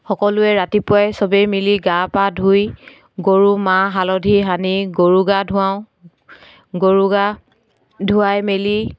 সকলোৱে ৰাতিপুৱাই চবেই মিলি গা পা ধুই গৰু মাহ হালধি সানি গৰু গা ধোৱাওঁ গৰু গা ধুৱাই মেলি